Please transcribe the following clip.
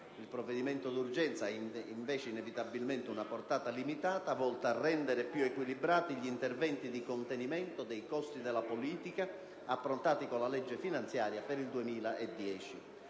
Il provvedimento d'urgenza ha invece inevitabilmente una portata limitata, volta a rendere più equilibrati gli interventi di contenimento dei costi della politica approntati con la legge finanziaria per il 2010.